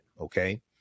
Okay